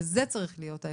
זה צריך להיות האפקט.